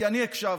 כי אני הקשבתי,